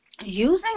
using